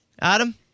Adam